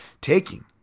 taking